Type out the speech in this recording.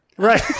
Right